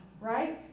right